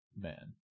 man